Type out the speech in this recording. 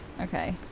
Okay